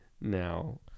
Now